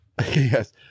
Yes